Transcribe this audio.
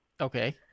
Okay